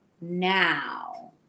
Now